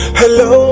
hello